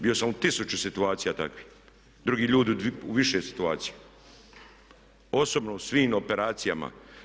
Bio sam u tisuću situacija takvih, drugi ljudi u više situacija, osobno u svim operacijama.